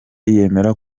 yemera